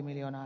euroa